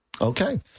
Okay